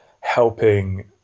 helping